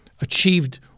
achieved